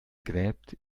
gräbt